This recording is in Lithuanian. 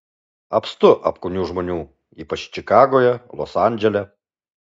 apstu apkūnių žmonių ypač čikagoje los andžele